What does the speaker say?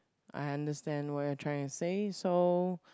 I understand what you're trying to say so